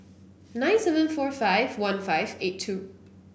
nine seven four five one five eight two